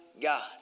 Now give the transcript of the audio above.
God